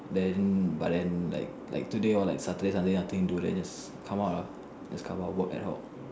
then but then like like today hor like Saturday Sunday nothing do then just come out lor just come out do ad Hoc